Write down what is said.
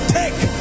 take